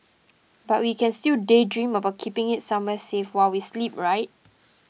but we can still daydream about keeping it somewhere safe while we sleep right